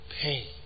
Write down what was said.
pain